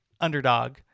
underdog